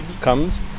comes